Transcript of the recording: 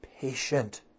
patient